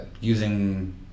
using